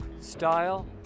style